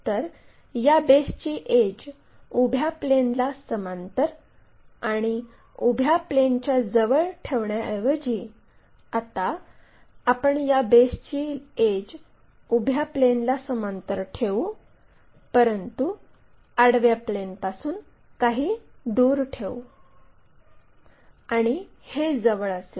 तर या बेसची एड्ज उभ्या प्लेनला समांतर आणि उभ्या प्लेनच्या जवळ ठेवण्याऐवजी आता आपण या बेसची एड्ज उभ्या प्लेनला समांतर ठेऊ परंतु आडव्या प्लेनपासून काही दूर ठेऊ आणि हे जवळ असेल